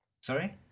Sorry